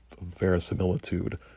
verisimilitude